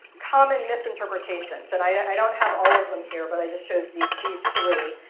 common misinterpretations. and i don't have all of them here. but i just show these these three.